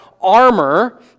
armor